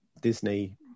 disney